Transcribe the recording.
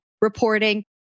reporting